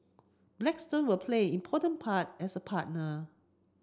Blackstone will play an important part as a partner